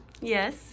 Yes